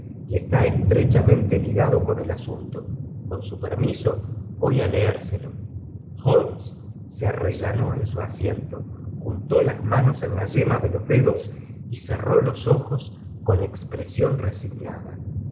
y está est re chamen te ligado con el asunto con su permiso voy á leérselo holmes se airellanó en su asiento juntó las manos en las yemas de los dedos y cerró los ojos con expresión resignada el